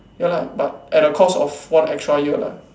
ya lah but at the cost of one extra year lah